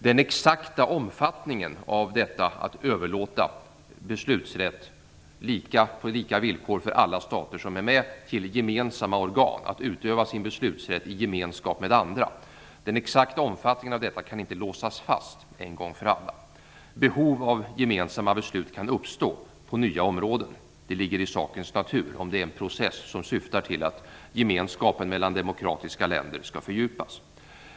Den exakta omfattningen av detta med att överlåta beslutsrätt på lika villkor för alla stater som är med till gemensamma organ, att utöva sin beslutsrätt i gemenskap med andra, kan inte låsas fast en gång för alla. Behov av gemensamma beslut kan uppstå på nya områden. Det ligger i sakens natur, om det är en process som syftar till att gemenskapen mellan demokratiska länder skall fördjupas.